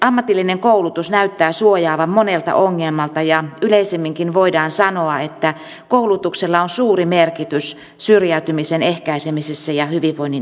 ammatillinen koulutus näyttää suojaavan monelta ongelmalta ja yleisemminkin voidaan sanoa että koulutuksella on suuri merkitys syrjäytymisen ehkäisemisessä ja hyvinvoinnin edistämisessä